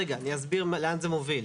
רגע, אני אסביר לאן זה מוביל.